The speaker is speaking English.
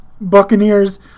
Buccaneers